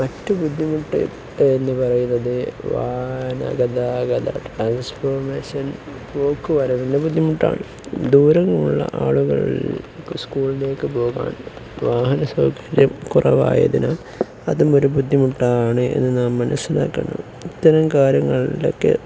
മറ്റു ബുദ്ധിമുട്ട് എന്നു പറയുന്നതു വാഹനഗതാഗത ട്രാൻസ്ഫോർമേഷൻ പോക്കുവരവു ബുദ്ധിമുട്ടാണ് ദൂരങ്ങളിലുള്ള ആളുകൾ സ്കൂളിലേക്ക് പോകാൻ വാഹന സൗകര്യം കുറവായതിനാല് അതും ഒരു ബുദ്ധിമുട്ടാണ് എന്നു നാം മനസ്സിലാക്കണം ഇത്തരം കാര്യങ്ങളിലൊക്കെ